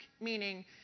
meaning